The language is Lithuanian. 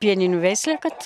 pieninių veislę kad